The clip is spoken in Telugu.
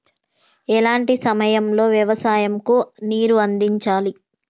ఎలాంటి సమయం లో వ్యవసాయము కు నీరు అందించాలి?